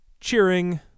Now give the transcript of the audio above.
cheering